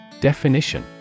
Definition